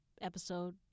episode